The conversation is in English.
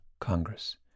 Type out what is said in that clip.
Congress